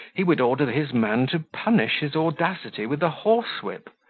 he would order his man to punish his audacity with a horsewhip.